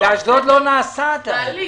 באשדוד לא נעשה עדיין.